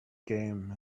game